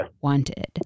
wanted